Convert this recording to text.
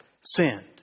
sinned